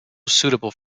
suitable